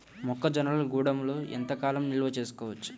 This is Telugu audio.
మొక్క జొన్నలు గూడంలో ఎంత కాలం నిల్వ చేసుకోవచ్చు?